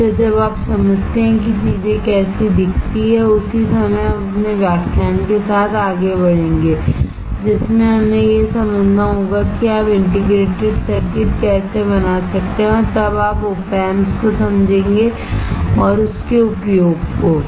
इसलिए जब आप समझते हैं कि चीजें कैसी दिखती हैं उसी समय हम अपने व्याख्यान के साथ आगे बढ़ेंगे जिसमें हमें यह समझना होगा कि आप इंटीग्रेटेड सर्किट कैसे बना सकते हैं और तब आप Op Amps को समझेंगे और इसके उपयोग को